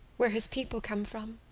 where his people came from.